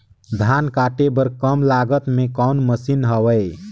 धान काटे बर कम लागत मे कौन मशीन हवय?